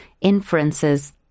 inferences